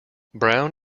brown